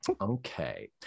Okay